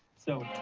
so.